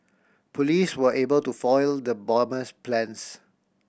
police were able to foil the bomber's plans